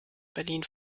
berlin